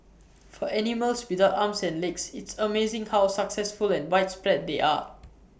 for animals without arms and legs it's amazing how successful and widespread they are